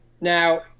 Now